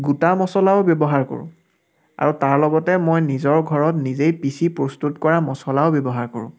গোটা মছলাও ব্যৱহাৰ কৰোঁ আৰু তাৰ লগতে মই নিজৰ ঘৰত নিজে পিছি প্ৰস্তুত কৰা মছলাও ব্যৱহাৰ কৰোঁ